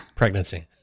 Pregnancy